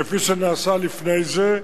כפי שנעשה לפני זה,